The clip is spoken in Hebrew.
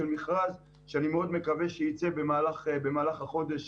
מכרז שאני מאוד מקווה שייצא במהלך החודש